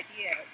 ideas